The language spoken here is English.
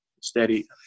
steady